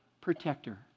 protector